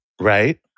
Right